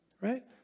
right